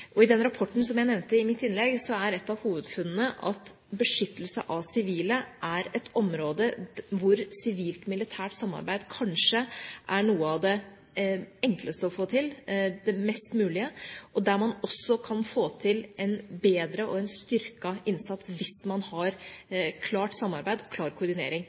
I den rapporten jeg nevnte i mitt innlegg, er et av hovedfunnene at beskyttelse av sivile er et område hvor sivilt-militært samarbeid kanskje er noe av det enkleste å få til, det mest mulige, og der man også kan få til en bedre og en styrket innsats hvis man har klart samarbeid, klar koordinering